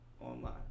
online